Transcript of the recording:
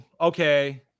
Okay